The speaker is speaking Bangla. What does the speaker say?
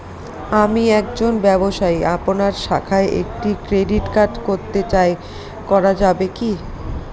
আমি একজন ব্যবসায়ী আপনার শাখায় একটি ক্রেডিট কার্ড করতে চাই করা যাবে কি?